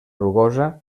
rugosa